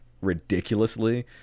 ridiculously